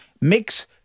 mix